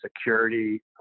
security